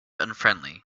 unfriendly